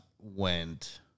went